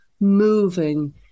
moving